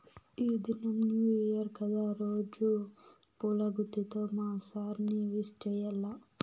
ఈ దినం new year కదా రోజా పూల గుత్తితో మా సార్ ని విష్ చెయ్యాల్ల